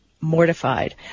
mortified